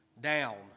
down